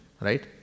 right